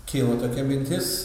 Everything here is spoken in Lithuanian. kilo tokia mintis